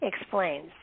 explains